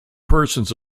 persons